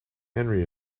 henry